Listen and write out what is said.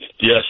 Yes